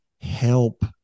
help